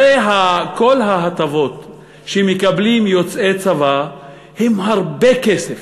הרי כל ההטבות שמקבלים יוצאי צבא הן הרבה כסף.